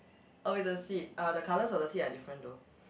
oh is the seed uh the colours of the seed are different though